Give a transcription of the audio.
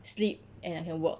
sleep and I can work